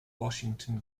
washington